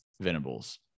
Venables